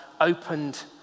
opened